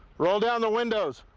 roll down the windows.